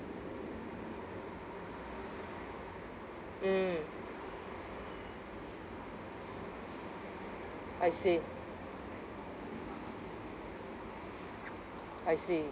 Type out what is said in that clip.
mm I see I see